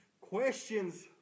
Questions